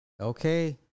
Okay